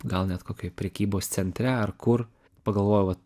gal net kokioj prekybos centre ar kur pagalvojau vat